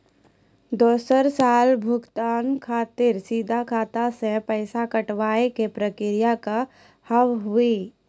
दोसर साल भुगतान खातिर सीधा खाता से पैसा कटवाए के प्रक्रिया का हाव हई?